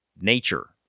nature